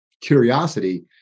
curiosity